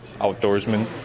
outdoorsman